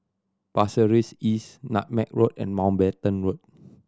Pasir Ris East Nutmeg Road and Mountbatten Road